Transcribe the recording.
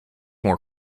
more